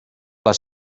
les